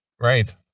right